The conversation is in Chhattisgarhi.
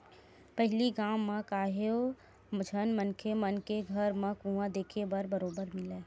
पहिली गाँव म काहेव झन मनखे मन के घर म कुँआ देखे बर बरोबर मिलय